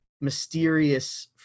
mysterious